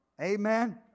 Amen